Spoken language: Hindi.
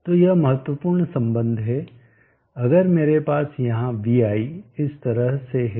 तो यह महत्वपूर्ण संबंध है अगर मेरे पास यहाँ vi इस तरह से है